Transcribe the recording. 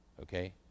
okay